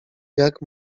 jak